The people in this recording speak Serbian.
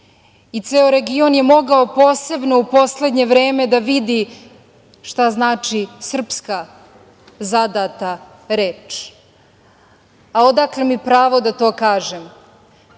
i ceo region je mogao, posebno u poslednje vreme da vidi šta znači srpska zadata reč.A odakle mi pravo da to kažem?